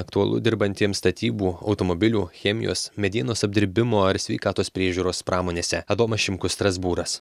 aktualu dirbantiems statybų automobilių chemijos medienos apdirbimo ar sveikatos priežiūros pramonėse adomas šimkus strasbūras